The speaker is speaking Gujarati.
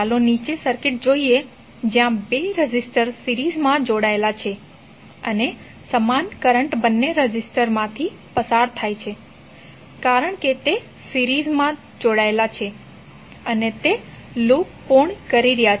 ચાલો નીચે સર્કિટ જોઈએ જ્યાં બે રેઝિસ્ટર સિરીઝમાં જોડાયેલા છે અને સમાન કરંટ બંને રેઝિસ્ટરમાંથી પસાર થાય છે કારણ કે તે સિરીઝમાં જોડાયેલ છે અને તે લૂપ પૂર્ણ કરી રહ્યા છે